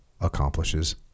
accomplishes